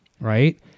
right